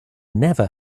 never